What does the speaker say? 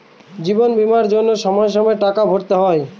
জীবন বীমার জন্য সময়ে সময়ে টাকা ভরতে হয়